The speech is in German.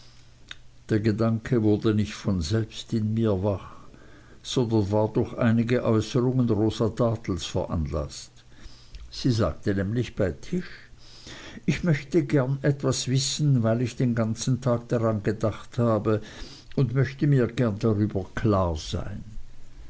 der gedanke wurde nicht von selbst in mir wach sondern war durch einige äußerungen rosa dartles veranlaßt sie sagte nämlich bei tisch ich möchte gern etwas wissen weil ich den ganzen tag daran gedacht habe und möchte mir gern darüber klar sein